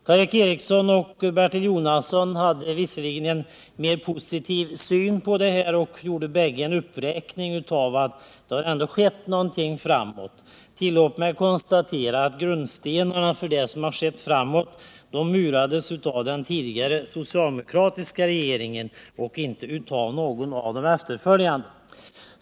Karl Erik Eriksson och Bertil Jonasson hade visserligen en mer positiv syn på det och ville med en uppräkning peka på att det ändå har skett någonting, men tillåt mig att konstatera att grundstenen till det som har skett lades av den socialdemokratiska regeringen och inte av någon av de efterföljande.